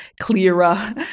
clearer